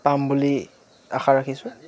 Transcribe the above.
পাম বুলি আশা ৰাখিছোঁ